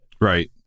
Right